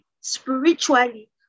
spiritually